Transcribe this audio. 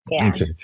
Okay